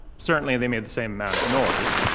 certainly they made the same amount of noise.